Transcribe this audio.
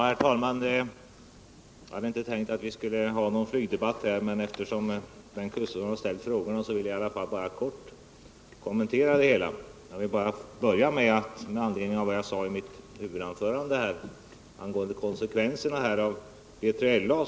Herr talman! Jag hade inte tänkt att vi skulle ha någon flygplansdebatt här, men eftersom Bengt Gustavsson har ställt frågan vill jag om också bara helt kort kommentera denna. I mitt huvudanförande berörde jag konsekvenserna av B3LA.